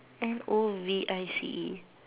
N O V I C E